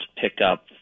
pickup